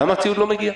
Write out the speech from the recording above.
למה הציוד לא מגיע.